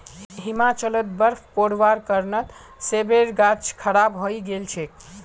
हिमाचलत बर्फ़ पोरवार कारणत सेबेर गाछ खराब हई गेल छेक